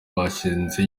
bashinze